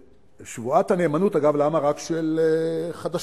שבועת הנאמנות, אגב, למה רק של חדשים?